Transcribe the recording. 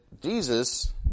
Jesus